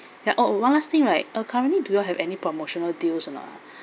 yeah oh one last thing right uh currently do you all have any promotional deals or not